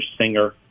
Singer